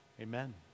amen